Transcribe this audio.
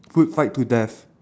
food fight to death